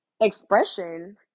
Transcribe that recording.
expression